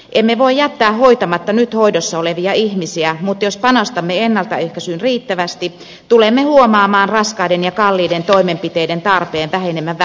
emme voi jättää hoitamatta nyt hoidossa olevia ihmisiä mutta jos panostamme ennaltaehkäisyyn riittävästi tulemme huomaamaan raskaiden ja kalliiden toimenpiteiden tarpeen vähenevän vähitellen